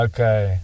Okay